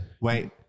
wait